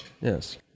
yes